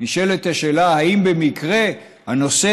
האם במקרה הנושא